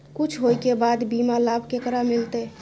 कुछ होय के बाद बीमा लाभ केकरा मिलते?